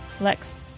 Lex